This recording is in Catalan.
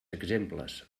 exemples